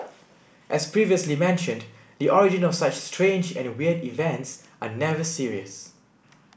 as previously mentioned the origin of such strange and weird events are never serious